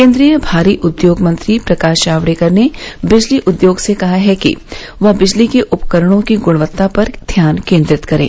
केंद्रीय भारी उद्योग मंत्री प्रकाश जावडेकर ने बिजली उद्योग से कहा है कि वह बिजली के उपकरणों की गृणवत्ता पर ध्यान केंद्रित करे